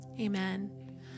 Amen